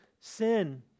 sin